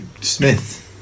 Smith